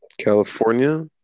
California